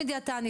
שימי דיאטנית,